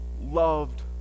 loved